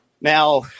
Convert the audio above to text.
now